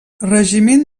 regiment